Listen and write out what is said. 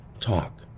Talk